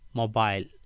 mobile